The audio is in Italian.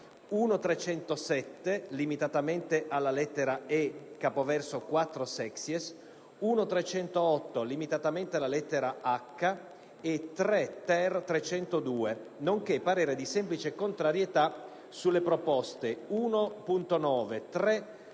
1.307, limitatamente alla lettera *e)*, capoverso 4-*sexies*, 1.308, limitatamente alla lettera *h)*, e 3-*ter.*302, nonché parere di semplice contrarietà sulle proposte 1.9,